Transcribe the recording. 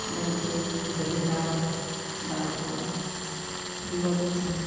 नहीं तो घर में दाल है दाल को मैं भीगा देती हूँ